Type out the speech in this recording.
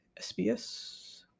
sbs